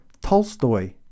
Tolstoy